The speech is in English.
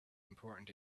important